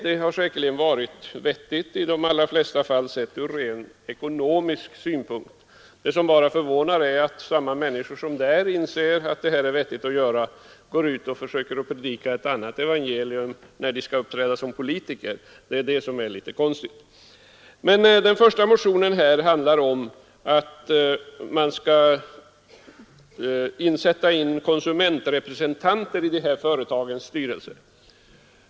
Det har säkerligen i de allra flesta fall varit vettigt sett från rent ekonomisk synpunkt. Det förvånande är bara att samma människor som inser att det är vettigt att göra så går ut och predikar ett annat evangelium när de uppträder som politiker. Det är det som är litet konstigt. Den första motionen handlar om insättande av konsumentrepresentanter i dessa företags styrelser.